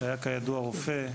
שהיה כידוע רופא.